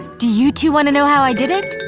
do you two want to know how i did it?